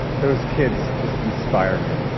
those kids just inspire me,